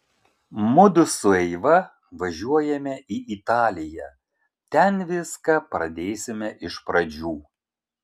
mudu su eiva važiuojame į italiją ten viską pradėsime iš pradžių